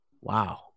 wow